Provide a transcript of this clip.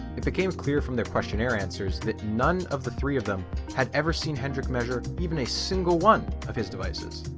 it became clear from their questionnaire answers that none of the three of them had ever seen hendrik measure even a single one of his devices.